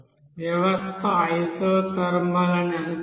వ్యవస్థ ఐసోథర్మల్ అని అనుకోండి